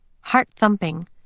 Heart-thumping